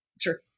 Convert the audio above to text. Sure